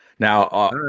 Now